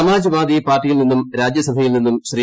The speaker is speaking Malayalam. സമാജ്വാദി പാർട്ടിയിൽ നിന്നും രാജ്യസഭയിൽ നിന്നും ശ്രീ